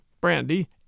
brandy